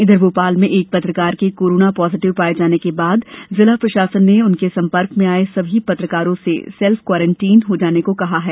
इधर भोपाल में एक पत्रकार के कोरोना पॉजिटिव पाये जाने के बाद जिला प्रशासन ने उनके संपर्क में आये सभी पत्रकारों से सेल्फ क्वारनटीन होने को कहा है